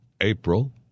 April